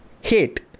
Hate